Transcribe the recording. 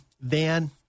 van